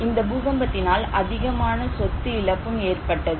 இந்த பூகம்பத்தினால் அதிகமான சொத்து இழப்பும் ஏற்பட்டது